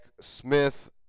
Smith